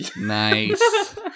Nice